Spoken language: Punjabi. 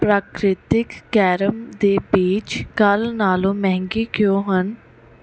ਪ੍ਰਕ੍ਰਿਤਿਕ ਕੈਰਮ ਦੇ ਬੀਜ ਕੱਲ੍ਹ ਨਾਲੋਂ ਮਹਿੰਗੇ ਕਿਉਂ ਹਨ